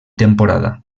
temporada